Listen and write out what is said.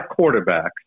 quarterbacks